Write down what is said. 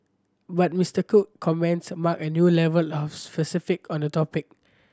but Mister Cook comments marked a new level of specific on the topic